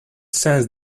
sense